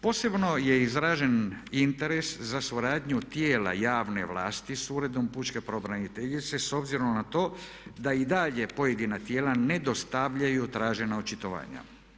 Posebno je izražen interes za suradnju tijela javne vlasti s Uredom pučke pravobraniteljice s obzirom na to da i dalje pojedina tijela ne dostavljaju tražena očitovanja.